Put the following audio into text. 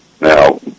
Now